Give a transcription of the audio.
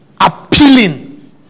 Appealing